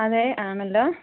അതെ ആണല്ലോ